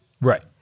Right